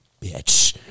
bitch